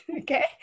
okay